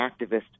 activist